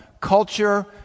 culture